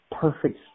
perfect